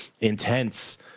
intense